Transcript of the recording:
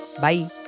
Bye